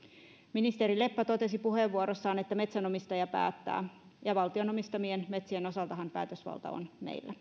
ministeri leppä totesi puheenvuorossaan että metsän omistaja päättää ja valtion omistamien metsien osaltahan päätösvalta on meillä